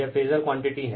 यह phasor quantity हैं